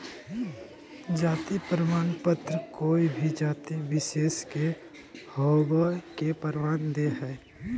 जाति प्रमाण पत्र कोय भी जाति विशेष के होवय के प्रमाण दे हइ